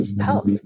health